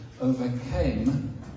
overcame